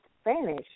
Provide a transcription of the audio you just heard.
Spanish